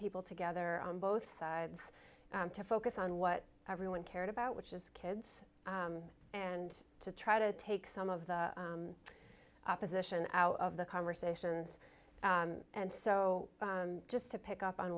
people together on both sides to focus on what everyone cared about which is kids and to try to take some of the opposition out of the conversations and so just to pick up on